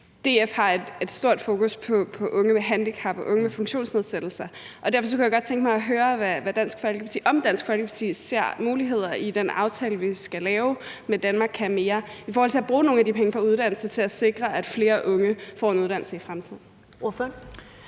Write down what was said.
DF har et stort fokus på unge med handicap og unge med funktionsnedsættelser, og derfor kunne jeg godt tænke mig at høre, om Dansk Folkeparti ser muligheder i den aftale, vi skal lave med »Danmark kan mere I«, for at bruge nogle af de penge på uddannelse til at sikre, at flere unge får en uddannelse i fremtiden.